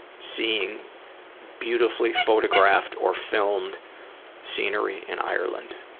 seeing beautifully photographed or filmed scenery in ireland.